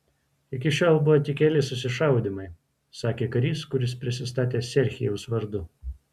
iki šiol buvo tik keli susišaudymai sakė karys kuris prisistatė serhijaus vardu